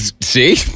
See